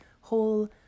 whole